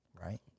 right